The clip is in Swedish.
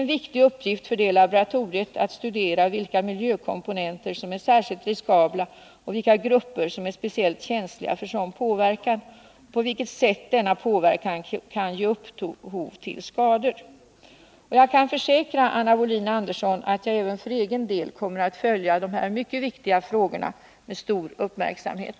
En viktig uppgift för detta laboratorium blir att studera vilka miljökomponenter som är särskilt riskabla, vilka grupper som är speciellt känsliga för sådan påverkan och på vilket sätt denna påverkan kan ge upphov till skador. Jag kan försäkra Anna Wohlin-Andersson att jag även för egen del kommer att följa dessa mycket viktiga frågor med stor uppmärksamhet.